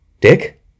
Dick